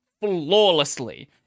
flawlessly